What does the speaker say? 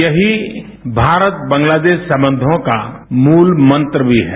यही भारत बांगलादेश संबंध का मूल मंत्र भी है